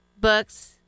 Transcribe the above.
books